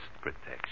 protection